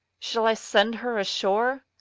shall i send her ashore?